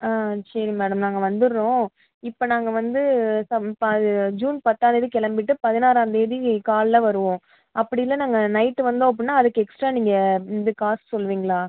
ஆ சரி மேடம் நாங்கள் வந்துடுறோம் இப்போ நாங்கள் வந்து சம் ப இது ஜூன் பத்தாம்தேதி கிளம்பிட்டு பதினாறாம்தேதி காலையில் வருவோம் அப்படி இல்லை நாங்கள் நைட்டு வந்தோம் அப்புடின்னா அதுக்கு எக்ஸ்ட்ரா நீங்கள் இது காசு சொல்வீங்களா